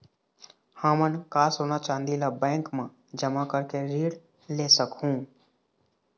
हमन का सोना चांदी ला बैंक मा जमा करके ऋण ले सकहूं?